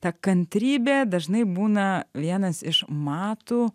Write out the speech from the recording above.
ta kantrybė dažnai būna vienas iš matų